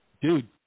dude